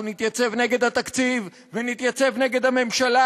אנחנו נתייצב נגד התקציב ונתייצב נגד הממשלה,